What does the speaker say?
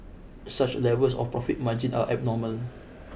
such levels of profit margin are abnormal